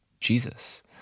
Jesus